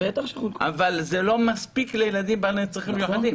אבל זה לא מספיק לילדים בעלי צרכים מיוחדים.